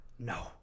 No